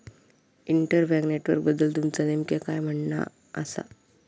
inter bank नेटवर्कबद्दल तुमचा नेमक्या काय म्हणना आसा